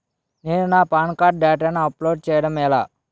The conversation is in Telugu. నేను నా పాన్ కార్డ్ డేటాను అప్లోడ్ చేయడం ఎలా?